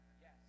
Yes